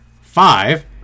five